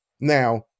Now